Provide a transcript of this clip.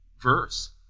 verse